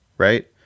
Right